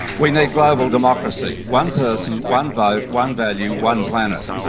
we need global democracy. one person, one vote, one value, one planet.